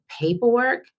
paperwork